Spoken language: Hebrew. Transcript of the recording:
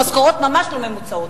במשכורות ממש לא ממוצעות,